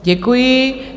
Děkuji.